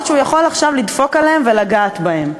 שהוא עכשיו יכול לדפוק עליהם ולגעת בהם.